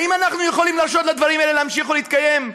האם אנחנו יכולים להרשות לדברים האלה להמשיך ולהתקיים?